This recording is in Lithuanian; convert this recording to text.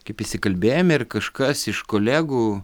kaip išsikalbėjome ir kažkas iš kolegų